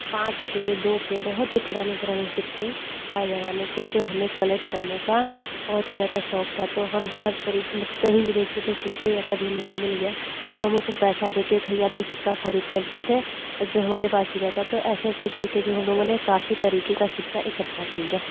पाँच के दो के बहुत ही पुराने पुराने सिक्के हर जमाने के जो हमें कलेक्ट करने का बहुत ही ज्यादा शौक था तो हम हर तरीके मत कहीं भी देखे थे सिक्के या कभी मुझे मिल गया तो हम उसे पैसा दे के या तो सिक्का खरीद लेते थे जो हमारे पास भी रहता था ऐसे ऐसे कर के जो हम लोगों ने काफ़ी तरीके का सिक्का इकट्ठा कर लिया